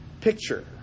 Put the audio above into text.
picture